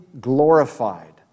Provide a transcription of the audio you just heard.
glorified